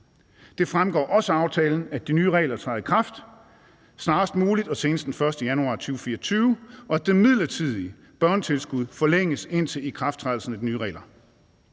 Det fremgår også af aftalen, at de nye regler træder i kraft snarest muligt og senest den 1. januar 2024, og at det midlertidige børnetilskud forlænges indtil ikrafttrædelsen af de nye regler.